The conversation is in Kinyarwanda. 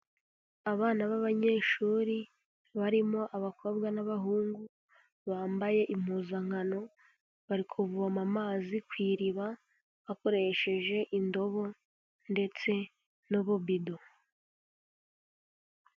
Abana b'abanyeshuri barimo abakobwa n'abahungu, bambaye impuzankano bari kuvoma amazi ku iriba, bakoresheje indobo ndetse n'ububido.